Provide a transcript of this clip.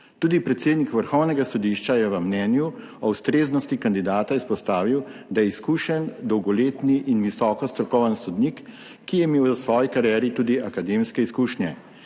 Tudi predsednik Vrhovnega sodišča je v mnenju o ustreznosti kandidata izpostavil, da je izkušen dolgoletni in visoko strokoven sodnik, ki je imel v svoji karieri tudi akademske izkušnje.